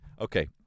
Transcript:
okay